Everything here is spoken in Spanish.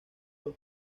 los